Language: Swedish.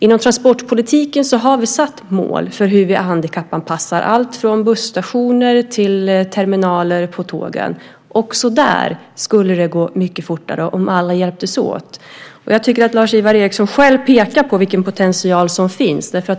Inom transportpolitiken har vi satt mål för hur vi handikappanpassar allt från busstationer till terminaler på tågen. Också där skulle det gå mycket fortare om alla hjälptes åt. Jag tycker att Lars-Ivar Ericson själv pekar på vilken potential som finns.